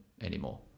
anymore